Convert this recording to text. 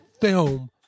film